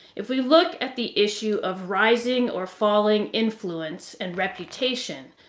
if we look at the issue of rising or falling influence and reputation,